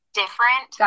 different